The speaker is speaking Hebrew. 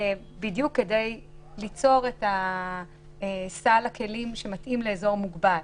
בדיוק כדי ליצור את סל הכלים שמתאים לאזור מוגבל.